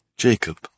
Jacob